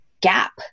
gap